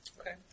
Okay